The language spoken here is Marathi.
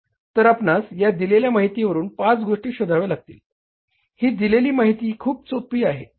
तर आपणास या दिलेल्या माहितीवरून पाच गोष्टी शोधाव्या लागतील ही दिलेली माहिती खूप सोपी आहे